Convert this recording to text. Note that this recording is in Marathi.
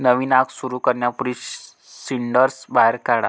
नवीन आग सुरू करण्यापूर्वी सिंडर्स बाहेर काढा